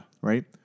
right